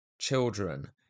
children